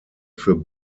für